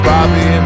Bobby